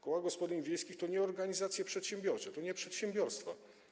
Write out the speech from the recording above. Koła gospodyń wiejskich to nie organizacje przedsiębiorcze, to nie przedsiębiorstwa.